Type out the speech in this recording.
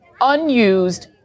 unused